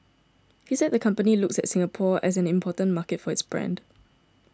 he said the company looks at Singapore as an important market for its brand